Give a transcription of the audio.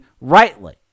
rightly